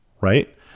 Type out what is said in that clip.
right